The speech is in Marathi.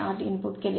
608 इनपुट केले